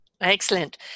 Excellent